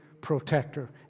protector